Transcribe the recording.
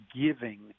giving